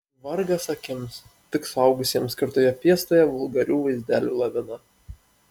vargas akims tik suaugusiems skirtoje fiestoje vulgarių vaizdelių lavina